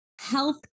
health